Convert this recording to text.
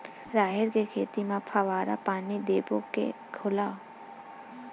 राहेर के खेती म फवारा पानी देबो के घोला?